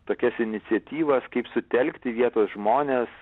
tokias iniciatyvas kaip sutelkti vietos žmones